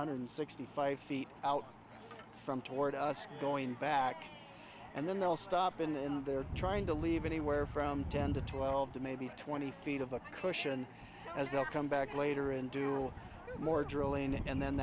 hundred sixty five feet out from toward us going back and then they'll stop in and they're trying to leave anywhere from ten to twelve to maybe twenty feet of the cushion as they'll come back later and do more